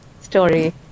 story